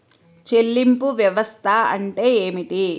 చెల్లింపు వ్యవస్థ అంటే ఏమిటి?